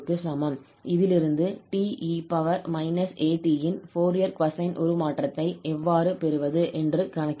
இதிலிருந்து 𝑡𝑒−𝑎𝑡 இன் Fourier cosine உருமாற்றத்தை எவ்வாறு பெறுவது என்று கணக்கிடுவோம்